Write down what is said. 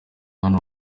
hano